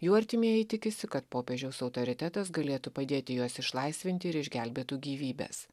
jų artimieji tikisi kad popiežiaus autoritetas galėtų padėti juos išlaisvinti ir išgelbėtų gyvybes